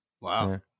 Wow